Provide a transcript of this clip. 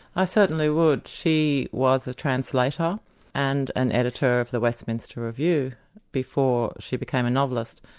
i certainly would. she was a translator and an editor of the westminster review before she became a novelist.